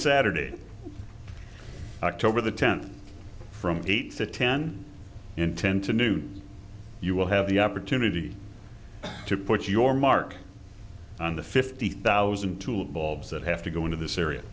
saturday october the tenth from eight to ten in tend to noon you will have the opportunity to put your mark on the fifty thousand tulip bulbs that have to go into this